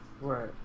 Right